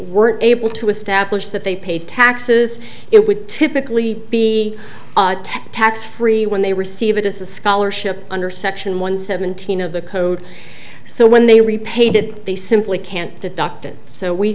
weren't able to establish that they paid taxes it would typically be tax free when they receive it as a scholarship under section one seventeen of the code so when they repaid it they simply can't deduct it so we